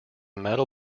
metal